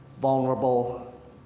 vulnerable